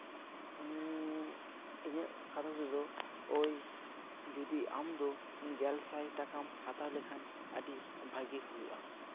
ᱤᱧᱟᱹᱜ ᱠᱟᱛᱷᱟ ᱛᱮᱫᱚ ᱳᱭ ᱡᱩᱫᱤ ᱟᱢ ᱫᱚ ᱜᱮᱞ ᱥᱟᱭ ᱴᱟᱠᱟᱢ ᱦᱟᱛᱟᱣ ᱞᱮᱠᱷᱟᱱ ᱟᱹᱰᱤ ᱵᱷᱟᱹᱜᱤ ᱦᱩᱭᱩᱜᱼᱟ